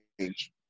change